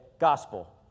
Gospel